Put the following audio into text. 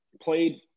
played